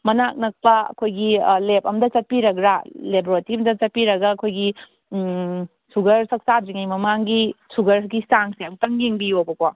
ꯃꯅꯥꯛ ꯅꯛꯄ ꯑꯩꯈꯣꯏꯒꯤ ꯂꯦꯞ ꯑꯝꯗ ꯆꯠꯄꯤꯔꯒ ꯂꯦꯕꯣꯔꯦꯇꯣꯔꯤ ꯑꯝꯗ ꯆꯠꯄꯤꯔꯒ ꯑꯩꯈꯣꯏꯒꯤ ꯁꯨꯒꯔ ꯆꯥꯛ ꯆꯥꯗ꯭ꯔꯤꯉꯩ ꯃꯃꯥꯡꯒꯤ ꯁꯨꯒꯔꯒꯤ ꯆꯥꯡꯁꯦ ꯑꯃꯨꯛꯇꯪ ꯌꯦꯡꯕꯤꯌꯣꯕꯀꯣ